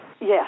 Yes